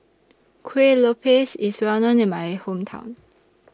Kuih Lopes IS Well known in My Hometown